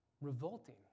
revolting